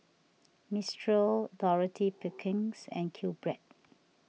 Mistral Dorothy Perkins and Qbread